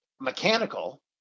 mechanical